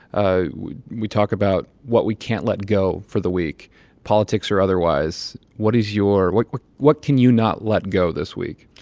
ah we we talk about what we can't let go for the week politics or otherwise. what is your what what what can you not let go this week?